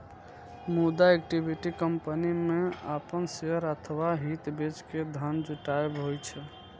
मुदा equity company मे अपन शेयर अथवा हित बेच के धन जुटायब होइ छै